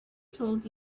told